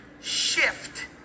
shift